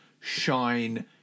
shine